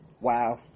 Wow